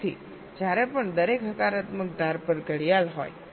તેથી જ્યારે પણ દરેક હકારાત્મક ધાર પર ઘડિયાળ હોય